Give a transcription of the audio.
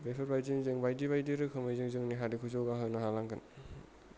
बेफोरबायदिनो जों बायदि बायदि रोखोमै जों जोंनि हारिखौ जौगा होनो हालांगोन